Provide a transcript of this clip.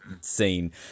scene